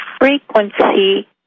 frequency